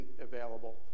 available